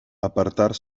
apartar